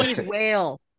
whale